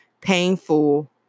painful